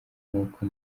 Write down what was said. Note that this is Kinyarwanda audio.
nkuko